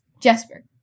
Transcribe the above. Jesper